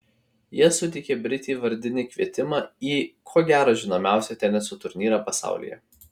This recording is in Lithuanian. jie suteikė britei vardinį kvietimą į ko gero žinomiausią teniso turnyrą pasaulyje